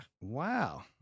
Wow